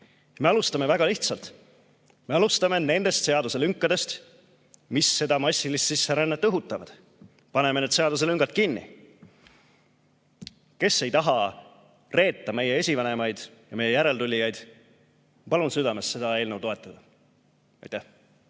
Me alustame väga lihtsalt. Me alustame nendest seaduselünkadest, mis seda massilist sisserännet õhutavad. Paneme need seaduselüngad kinni. Kes ei taha reeta meie esivanemaid ja meie järeltulijaid, palun südamest, et te seda eelnõu toetaksite. Aitäh!